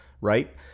right